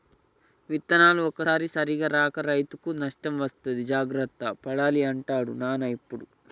విత్తనాలు ఒక్కోసారి సరిగా రాక రైతుకు నష్టం వస్తది జాగ్రత్త పడాలి అంటాడు నాన్న ఎప్పుడు